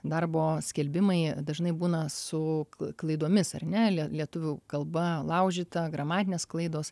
darbo skelbimai dažnai būna su klaidomis ar ne lie lietuvių kalba laužyta gramatinės klaidos